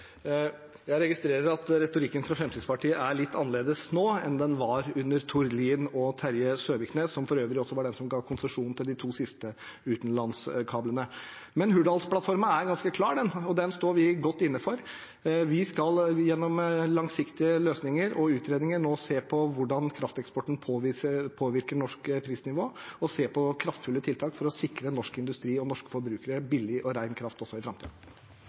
Jeg registrerer at retorikken fra Fremskrittspartiet er litt annerledes nå enn den var under Tord Lien og Terje Søviknes, som for øvrig også var den som ga konsesjon til de to siste utenlandskablene. Hurdalsplattformen er ganske klar, og den står vi godt inne for. Vi skal gjennom langsiktige løsninger og utredninger nå se på hvordan krafteksporten påvirker norsk prisnivå, og vi skal se på kraftfulle tiltak for å sikre norsk industri og norske forbrukere billig og ren kraft også i